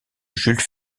jules